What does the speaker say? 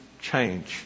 change